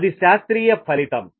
అది శాస్త్రీయ ఫలితం